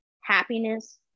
happiness